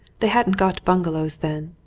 they hadn't got bungalows then,